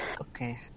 Okay